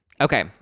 Okay